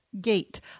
gate